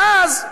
ואז,